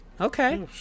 Okay